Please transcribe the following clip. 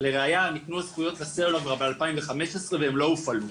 לראיה ניתנו הזכויות לסלולר כבר ב-2015 והם לא הופעלו,